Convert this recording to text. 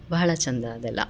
ಬಹಳ ಚಂದ ಅದೆಲ್ಲ